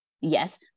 Yes